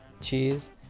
cheese